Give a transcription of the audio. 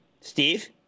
Steve